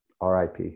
RIP